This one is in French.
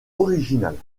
originales